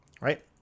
right